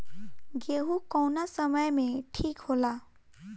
गेहू कौना समय मे ठिक होला?